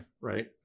right